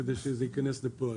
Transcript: כדי שזה ייכנס לפועל.